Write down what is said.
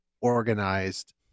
organized